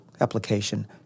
application